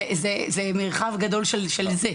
זה מרחב גדול של 'זה',